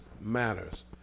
matters